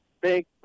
big